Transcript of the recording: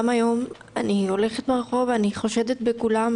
גם היום אני הולכת ברחוב וחושדת בכולם,